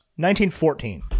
1914